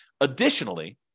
Additionally